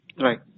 Right